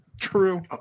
True